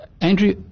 Andrew